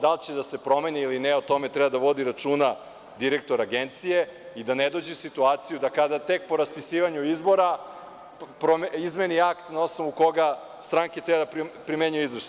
Da li će da se promeni ili ne, o tome treba da vodi računa direktor Agencije i da ne dođe u situaciju da kada tek po raspisivanju izbora izmeni akt na osnovu koga stranke treba da primenjuju izveštaj.